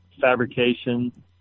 fabrication